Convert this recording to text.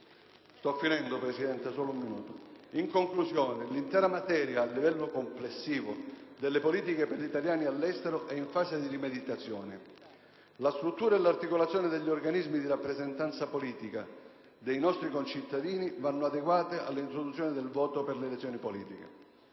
da tenersi entro il 31 dicembre 2010. In conclusione, l'intera materia, a livello complessivo, delle politiche per gli italiani all'estero è in fase di rimeditazione. La struttura e l'articolazione degli organismi di rappresentanza politica dei nostri concittadini vanno adeguate all'introduzione del voto per le elezioni.